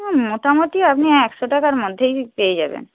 মোটামুটি আপনি একশো টাকার মধ্যেই পেয়ে যাবেন